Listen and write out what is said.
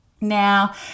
Now